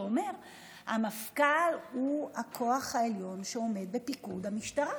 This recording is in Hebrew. שאומר שהמפכ"ל הוא הכוח העליון שעומד בפיקוד המשטרה,